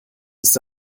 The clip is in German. ist